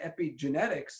epigenetics